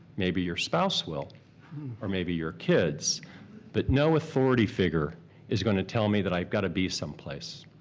maybe your spouse will or maybe your kids but no authority figure is gonna tell me that i've got to be someplace.